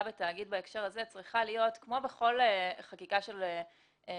בתאגיד בהקשר הזה צריכה להיות כמו בכל חקיקה של נושא